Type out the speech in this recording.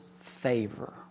favor